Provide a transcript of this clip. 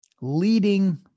leading